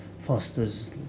fosters